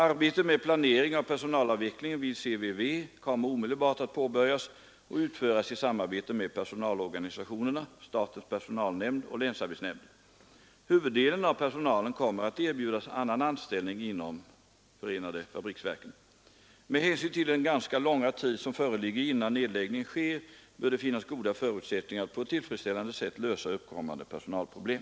Arbetet med planering av personalavvecklingen vid CVV kommer omedelbart att påbörjas och utföras i samarbete med personalorganisationerna, statens personalnämnd och länsarbetsnämnden. Huvuddelen av personalen kommer att erbjudas annan anställning inom FFV. Med hänsyn till den ganska långa tid som föreligger innan nedläggningen sker bör det finnas goda förutsättningar att på ett tillfredsställande sätt lösa uppkommande personalproblem.